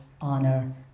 honor